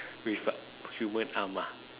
with human arms ah